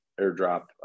airdrop